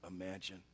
imagine